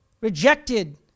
rejected